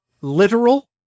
literal